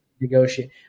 negotiate